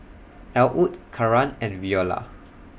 Elwood Karan and Viola